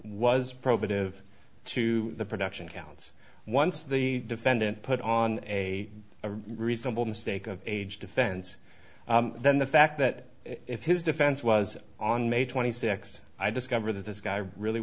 was probative to the production counts once the defendant put on a reasonable mistake of age defense then the fact that if his defense was on may twenty sixth i discover this guy really